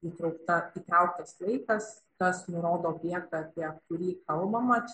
įtraukta įtrauktas laikas tas nurodo objektą apie kurį kalbama